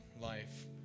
life